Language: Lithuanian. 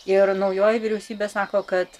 ir naujoji vyriausybė sako kad